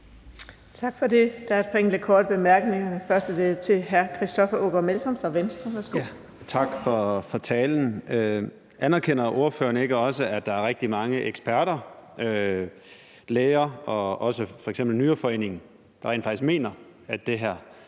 Melson fra Venstre. Værsgo. Kl. 16:34 Christoffer Aagaard Melson (V): Tak for talen. Anerkender ordføreren ikke også, at der er rigtig mange eksperter, læger og også f.eks. Nyreforeningen, der rent faktisk mener, at det her både vil